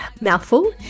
mouthful